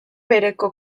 bereko